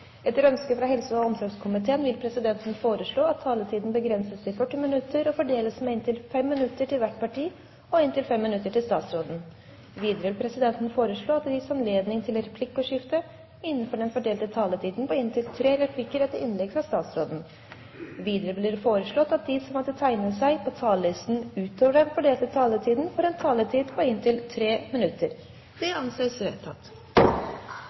Etter ønske fra helse- og omsorgskomiteen vil presidenten foreslå at taletiden begrenses til 40 minutter og fordeles med inntil 5 minutter til hvert parti og inntil 5 minutter til statsråden. Videre vil presidenten foreslå at det gis anledning til replikkordskifte på inntil tre replikker etter innlegg fra statsråden innenfor den fordelte taletid. Videre blir det foreslått at de som måtte tegne seg på talerlisten utover den fordelte taletid, får en taletid på inntil 3 minutter. – Det anses vedtatt.